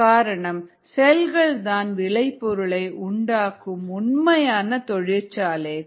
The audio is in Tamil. காரணம் செல்கள்தான் விளை பொருளை உண்டாகும் உண்மையான தொழிற்சாலைகள்